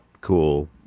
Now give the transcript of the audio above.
cool